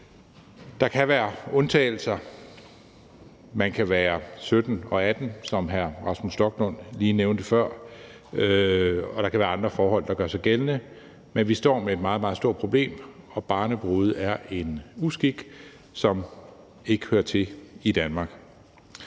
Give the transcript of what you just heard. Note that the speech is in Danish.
Der kan være undtagelser. De kan være 17 og 18 år, som hr. Rasmus Stoklund lige nævnte før, og der kan være andre forhold, der gør sig gældende. Men vi står med et meget, meget stort problem, og barnebrude er en uskik, som ikke hører til i Danmark.